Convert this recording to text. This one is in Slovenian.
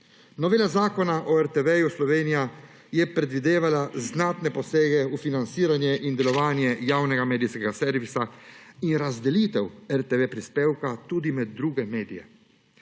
Novela Zakona o RTV Slovenija je predvidevala znatne posege v financiranje in delovanje javnega medijskega servisa in razdelitev RTV prispevka tudi med druge medije.